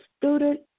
student